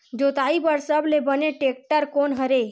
जोताई बर सबले बने टेक्टर कोन हरे?